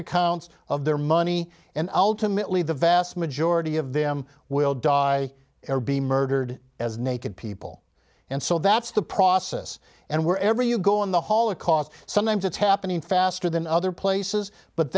accounts of their money and ultimately the vast majority of them will die or be murdered as naked people and so that's the process and wherever you go in the holocaust sometimes it's happening faster than other places but